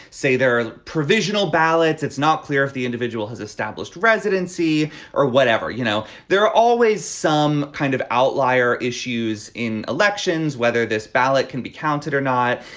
say there are provisional ballots it's not clear if the individual has established residency or whatever. you know there are always some kind of outlier issues in elections whether this ballot can be counted or not.